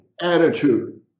attitude